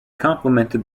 complimented